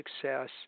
success